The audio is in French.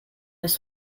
elles